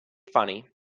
funny